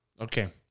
okay